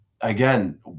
again